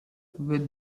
with